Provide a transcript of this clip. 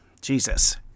jesus